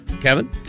Kevin